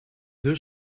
deux